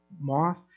moth